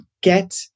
get